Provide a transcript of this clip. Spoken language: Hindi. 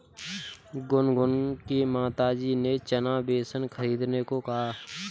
गुनगुन की माताजी ने चना बेसन खरीदने को कहा